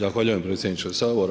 Zahvaljujem predsjedniče Sabora.